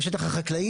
בסדר.